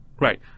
Right